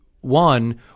one